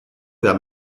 that